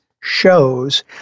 shows